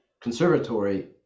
conservatory